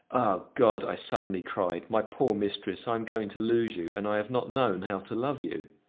ah! god! i suddenly cried, my poor mistress, i am going to lose you and i have not known how to love you!